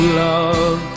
love